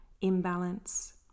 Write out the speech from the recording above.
imbalance